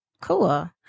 Cool